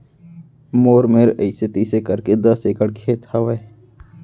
मोर मेर अइसे तइसे करके दस एकड़ खेत हवय